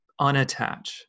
unattach